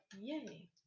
yay